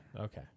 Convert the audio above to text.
Okay